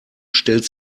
stellt